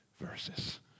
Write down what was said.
verses